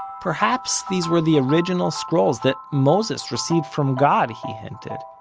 perhaps these were the original scrolls that moses received from god, he hinted,